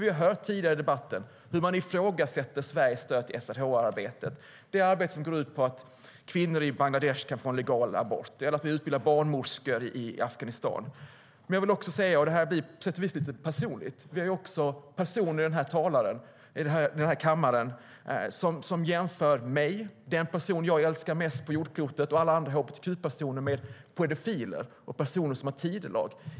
Vi har tidigare i debatten hört hur man ifrågasätter Sveriges stöd till SRHR-arbetet, som går ut på att kvinnor i Bangladesh ska kunna få en legal abort eller att vi utbildar barnmorskor i Afghanistan.Det här blir på sätt och vis lite personligt. Vi har personer i den här kammaren som jämför mig, den person jag älskar mest på jordklotet och alla andra hbtq-personer med pedofiler och personer som har tidelag.